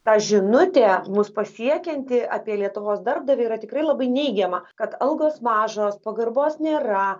ta žinutė mus pasiekianti apie lietuvos darbdavį yra tikrai labai neigiama kad algos mažos pagarbos nėra